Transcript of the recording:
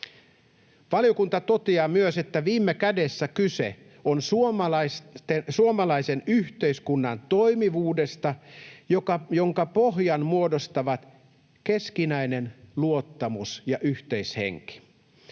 Valiokunta toteaa myös: ”Viime kädessä kyse on suomalaisen yhteiskunnan toimivuudesta, jonka pohjan muodostavat keskinäinen luottamus ja yhteishenki.”